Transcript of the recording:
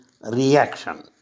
reaction